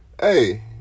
Hey